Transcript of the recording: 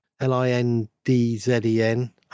l-i-n-d-z-e-n